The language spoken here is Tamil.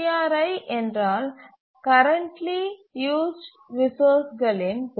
CRi என்றால் கரெண்ட்லி யூஸ்டு ரிசோர்ஸ்களின் தொகுப்பு